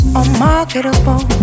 unmarketable